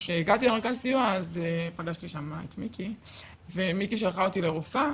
כשהגעתי למרכז הסיוע אז פגשתי שם את מיקי ומיקי שלחה אותי לרופאה,